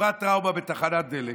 עברה טראומה בתחנת דלק